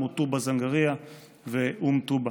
כמו טובא-זנגרייה ואום טובא.